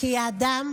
"כי האדם